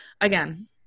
again